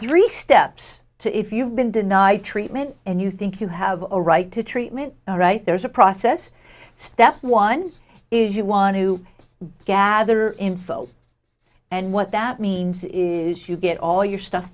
three steps to if you've been denied treatment and you think you have a right to treatment all right there's a process step one is you want to gather info and what that means is you get all your stuff